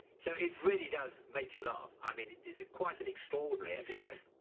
so it really does make you laugh. i mean it is quite an extraordinary episode.